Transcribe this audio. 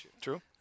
True